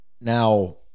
Now